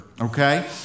okay